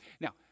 Now